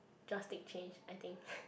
drastic change I think